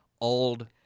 old